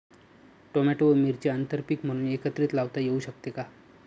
Tomato व मिरची आंतरपीक म्हणून एकत्रित लावता येऊ शकते का?